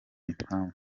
impamvu